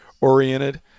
oriented